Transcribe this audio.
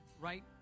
right